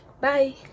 Bye